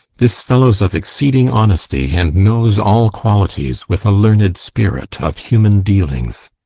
this fellow's of exceeding honesty, and knows all qualities, with a learned spirit, of human dealings.